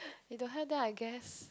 if don't have then I guess